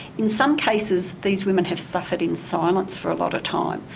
in some cases these women have suffered in silence for a long time.